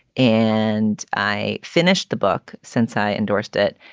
and i finished the book since i endorsed it.